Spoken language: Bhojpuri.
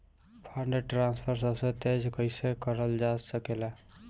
फंडट्रांसफर सबसे तेज कइसे करल जा सकेला?